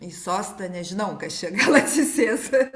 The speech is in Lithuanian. į sostą nežinau kas čia gal atsisės